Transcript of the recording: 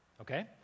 okay